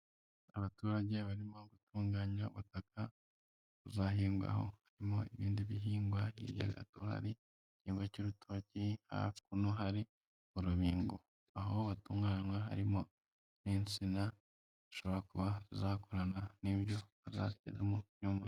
Abaturage barimo gutunganya ubutaka buzahingwaho harimo ibindi bihingwa akaba ari igigwa cy'urutoki, hakuno hari urubingo, aho batunganya harimo n'insina zishobora kuba zakorana n'iryo bazagezamo.